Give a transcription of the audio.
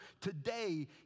today